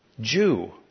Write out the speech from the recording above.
Jew